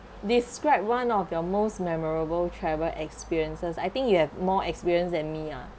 describe one of your most memorable travel experiences I think you have more experience than me ah